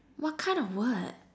what kind of word